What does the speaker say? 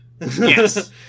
Yes